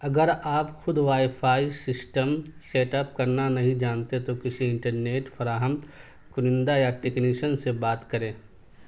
اگر آپ خود wifi system set up کرنا نہیں جانتے تو کسی انٹرنیٹ فراہم کنندہ یا ٹکنیشین سے بات کریں